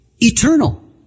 eternal